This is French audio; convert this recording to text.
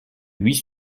huit